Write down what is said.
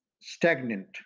stagnant